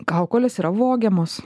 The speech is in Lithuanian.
kaukolės yra vogiamos